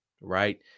Right